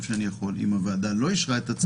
אם הוועדה לא אישרה את הצו,